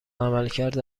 عملکرد